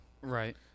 Right